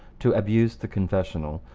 to abuse the confessional,